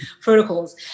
protocols